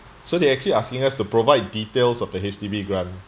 so they're actually asking us to provide details of the H_D_B grant